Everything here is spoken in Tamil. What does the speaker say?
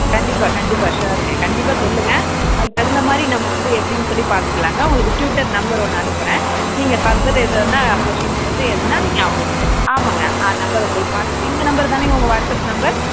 கண்டிப்பாக கண்டிப்பாக ஷூயருங்க கண்டிப்பாக சொல்லுங்கள் அதுக்கு தகுந்த மாதிரி நம்ம வந்து எப்படின்னு சொல்லி பார்த்துக்கலாங்க உங்களுக்கு ட்யூட்டர் நம்பர் ஒன்று அனுப்புறேன் நீங்கள் ஃபர்தர் எதனா கொஷ்டின்ஸ் வந்து எதுனா நீங்கள் அவங்கள்கிட்ட ஆமாம்ங்க ஆ நம்பர் உங்களுக்கு வாட்ஸ்ஆப் இந்த நம்பர் தானேங்க உங்கள் வாட்ஸ்ஆப் நம்பர்